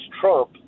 Trump